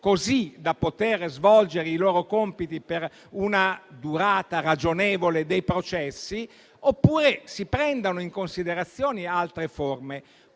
così da poter svolgere i loro compiti per una durata ragionevole dei processi, oppure si prendano in considerazione altre forme.